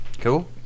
Cool